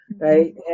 Right